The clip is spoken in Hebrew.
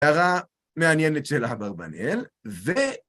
הערה מעניינת של אברבאנל, ו...